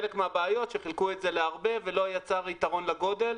חלק מהבעיות היה שחילקו את זה להרבה ולא יצר יתרון לגודל,